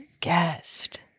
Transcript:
guest